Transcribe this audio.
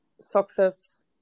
Success